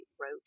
wrote